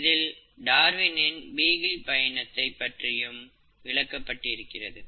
இதில் டார்வினின் பீகில் பயணத்தை பற்றியும் விளக்கப்பட்டிருக்கிறது